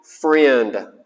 friend